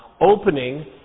opening